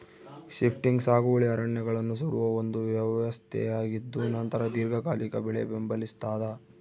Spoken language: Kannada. ಶಿಫ್ಟಿಂಗ್ ಸಾಗುವಳಿ ಅರಣ್ಯಗಳನ್ನು ಸುಡುವ ಒಂದು ವ್ಯವಸ್ಥೆಯಾಗಿದ್ದುನಂತರ ದೀರ್ಘಕಾಲಿಕ ಬೆಳೆ ಬೆಂಬಲಿಸ್ತಾದ